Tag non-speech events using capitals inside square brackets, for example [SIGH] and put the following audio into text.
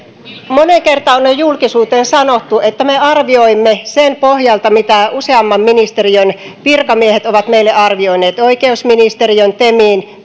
moneen kertaan on julkisuuteen sanottu että me arvioimme sen pohjalta mitä useamman ministeriön virkamiehet ovat meille arvioineet oikeusministeriön temin [UNINTELLIGIBLE]